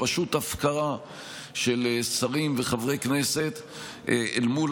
פשוט הפקרה של שרים וחברי כנסת אל מול